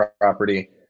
property